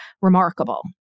remarkable